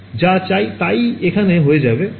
যা চাই তাই এখানে হ্যে যাবে